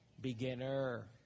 beginner